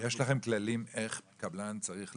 --- יש לכם כללים איך קבלן יכול,